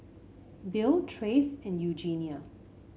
Bill Trace and Eugenia